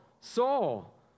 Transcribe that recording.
Saul